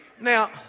Now